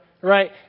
right